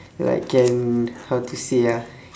like can how to say ah